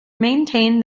maintained